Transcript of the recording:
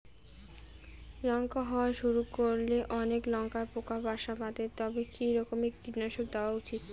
লঙ্কা হওয়া শুরু করলে অনেক লঙ্কায় পোকা বাসা বাঁধে তবে কি রকমের কীটনাশক দেওয়া উচিৎ?